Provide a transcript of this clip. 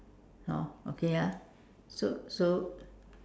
oh okay ah so so